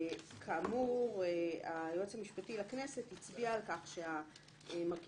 כאמור, היועץ המשפטי לכנסת הצביע על כך שהמרכיבים